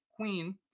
queen